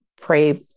pray